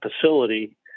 facility